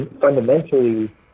fundamentally